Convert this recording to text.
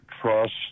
Trust